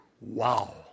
Wow